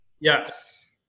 Yes